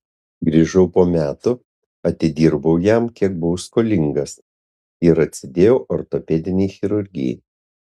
grįžau po metų atidirbau jam kiek buvau skolingas ir atsidėjau ortopedinei chirurgijai